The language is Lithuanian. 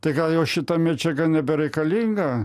tai gal jau šita medžiaga nebereikalinga